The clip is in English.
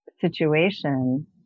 situation